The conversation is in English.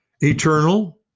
Eternal